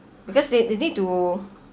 because they they need to